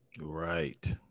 Right